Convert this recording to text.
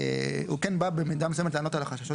הוא כן בא במידה מסוימת לענות על החששות